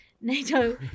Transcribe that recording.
Nato